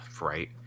Right